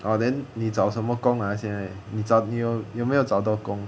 ah then 你找什么工 ah 现在你找你有没有找到工